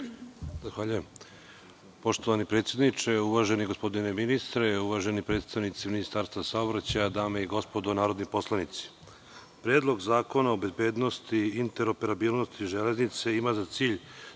Sušec** Poštovani predsedniče, uvaženi gospodine ministre, uvaženi predstavnici Ministarstva saobraćaja, dame i gospodo narodni poslanici, Predlog zakona o bezbednosti i interoperabilnosti železnice ima za cilj